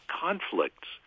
conflicts